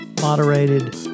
moderated